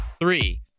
three